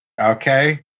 okay